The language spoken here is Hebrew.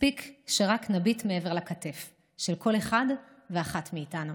מספיק שרק נביט מעבר לכתף של כל אחד ואחת מאיתנו.